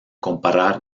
comparar